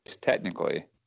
Technically